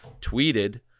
tweeted